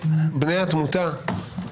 בני התמותה,